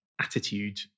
attitude